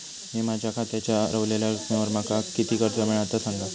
मी माझ्या खात्याच्या ऱ्हवलेल्या रकमेवर माका किती कर्ज मिळात ता सांगा?